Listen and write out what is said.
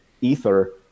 ether